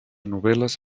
novel·les